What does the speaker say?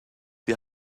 die